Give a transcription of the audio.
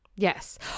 Yes